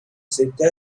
سکته